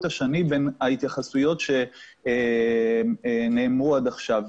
השני בין ההתייחסויות שנאמרו עד עכשיו.